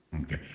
Okay